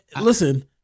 listen